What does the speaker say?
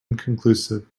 inconclusive